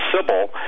Sybil